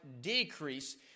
decrease